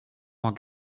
cent